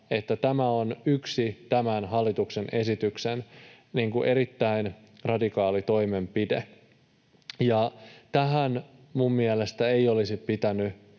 että tämä on yksi tämän hallituksen esityksen erittäin radikaali toimenpide, ja tähän minun mielestäni ei olisi pitänyt